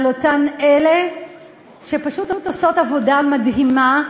על אותן אלה שפשוט עושות עבודה מדהימה.